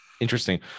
Interesting